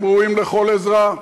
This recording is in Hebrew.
הם ראויים לכל עזרה.